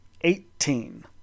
eighteen